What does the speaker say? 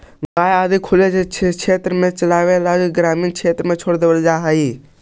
गाय आदि को खुले क्षेत्र में चरने ला ग्रामीण क्षेत्र में छोड़ देल जा हई